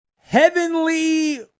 Heavenly